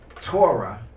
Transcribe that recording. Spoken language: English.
torah